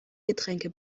getränke